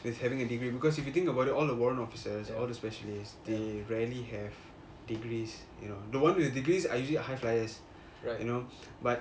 with having a degree because if you think about it all the warrant officers all the specialists they rarely have degrees you know the one with degrees are usually high flyers know but